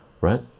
right